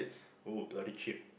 oh bloody cheap